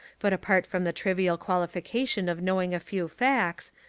but apart from the trivial qualification of knowing a few facts,